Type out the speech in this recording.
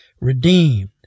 redeemed